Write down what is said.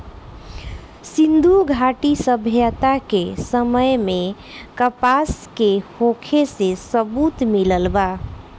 सिंधुघाटी सभ्यता के समय में कपास के होखे के सबूत मिलल बा